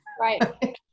right